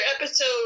episode